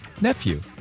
nephew